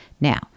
Now